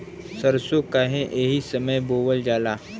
सरसो काहे एही समय बोवल जाला?